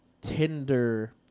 Tinder